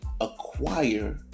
acquire